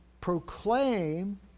proclaim